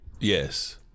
yes